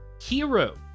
heroes